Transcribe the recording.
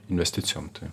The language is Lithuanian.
investicijom tai